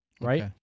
right